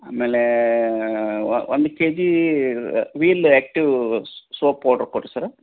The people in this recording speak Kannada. ಆಮೇಲೆ ಒಂದು KG Wheel active soap powder ಕೊಡ್ರಿ ಸರ್